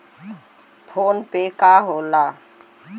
PhonePe का होला?